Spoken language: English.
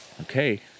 okay